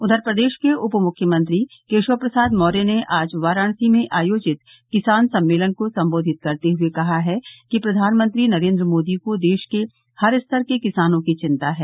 उधर प्रदेश के उपमुख्यमंत्री केशव प्रसाद मौर्य ने आज वाराणसी में आयोजित किसान सम्मेलन को सम्बोधित करते हुये कहा है कि प्रधानमंत्री नरेन्द्र मोदी को देश के हर स्तर के किसानों की चिन्ता है